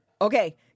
Okay